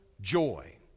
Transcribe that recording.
joy